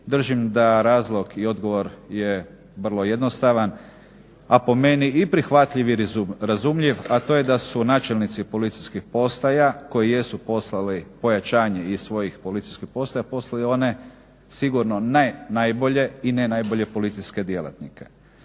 Držim da razlog i odgovor je vrlo jednostavan, a po meni i prihvatljiv i razumljiv, a to je da su načelnici policijskih postaja koji jesu poslali pojačanje iz svojih policijskih postaja poslali one sigurno ne najbolje i ne najbolje policijske djelatnike.